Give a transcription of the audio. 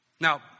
Now